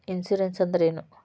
Insurance ಅಂದ್ರ ಏನು?